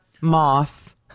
moth